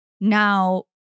now